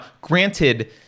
granted